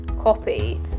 copy